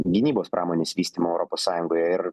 gynybos pramonės vystymo europos sąjungoje ir